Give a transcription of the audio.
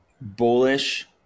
bullish